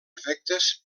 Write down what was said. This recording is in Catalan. efectes